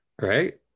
Right